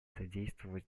содействовать